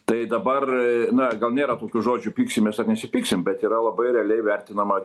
tai dabar na gal nėra tokio žodžio pyksimės ar nesipyksim bet yra labai realiai vertinama